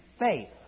Faith